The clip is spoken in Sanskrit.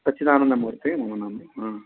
सच्चिदानन्दमूर्ति मम नाम हा